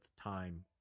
time